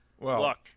Look